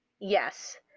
yes